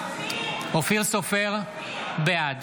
בעד